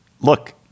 look